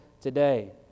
today